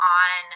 on